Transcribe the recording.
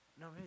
no